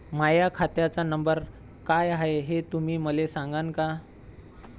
माह्या खात्याचा नंबर काय हाय हे तुम्ही मले सागांन का?